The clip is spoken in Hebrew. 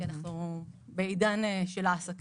אנחנו בעידן של העסקה.